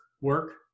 work